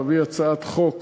להביא הצעת חוק